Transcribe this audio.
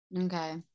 Okay